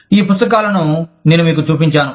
ఈ పుస్తకాలను నేను మీకు చూపించాను